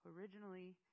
Originally